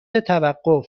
توقف